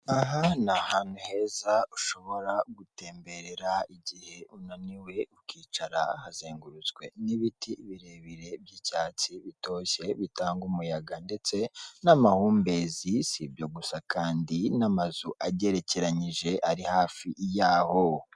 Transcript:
Aha ni ahantu heza ushobora gutemberera igihe unaniwe ukicara, hazengurutswe n'ibiti birebire by'icyatsi bitoshye bitanga umuyaga ndetse n'amahumbezi, si ibyo gusa kandi hari n'amazu agerekeranyije ari hafi yaho.